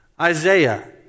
Isaiah